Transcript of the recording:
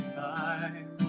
time